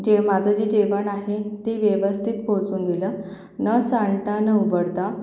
जे माझं जे जेवण आहे ते व्यवस्थित पोहचवून दिलं न सांडता न उबडता